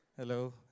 Hello